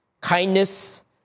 kindness